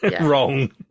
wrong